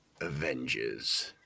Avengers